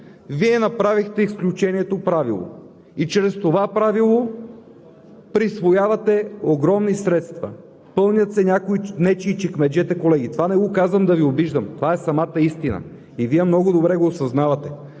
Вие направихте изключението правило и чрез това правило присвоявате огромни средства. Пълнят се нечии чекмеджета, колеги. Това не го казвам, за да Ви обиждам. Това е самата истина и Вие много добре го осъзнавате.